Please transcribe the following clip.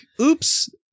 oops